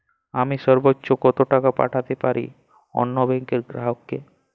আমি সর্বোচ্চ কতো টাকা পাঠাতে পারি অন্য ব্যাংকের গ্রাহক কে?